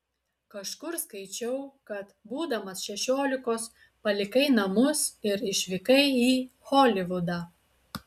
kažkur skaičiau kad būdamas šešiolikos palikai namus ir išvykai į holivudą